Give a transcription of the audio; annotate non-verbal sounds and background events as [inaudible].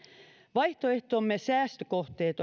vaihtoehtomme säästökohteet [unintelligible]